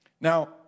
Now